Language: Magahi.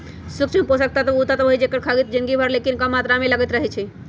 सूक्ष्म पोषक तत्व उ तत्व हइ जेकर खग्गित जिनगी भर लेकिन कम मात्र में लगइत रहै छइ